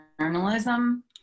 journalism